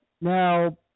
now